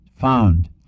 found